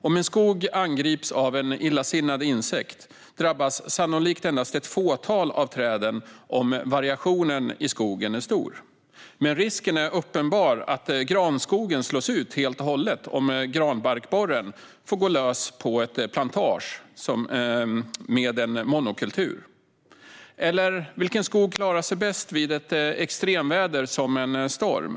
Om en skog angrips av en illasinnad insekt drabbas sannolikt endast ett fåtal av träden om variationen i skogen är stor, men risken är uppenbar att granskogen slås ut helt och hållet om granbarkborren får gå lös på en plantage med en monokultur. Vilken skog klarar sig bäst vid ett extremväder, som en storm?